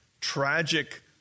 tragic